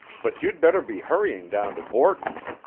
but you'd better be hurrying down to borton's.